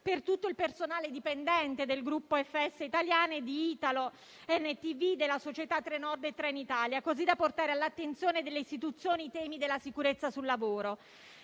per tutto il personale dipendente del gruppo Ferrovie dello Stato italiane, di Italo-NTV e delle società Trenord e Trenitalia, così da portare all'attenzione delle istituzioni i temi della sicurezza sul lavoro.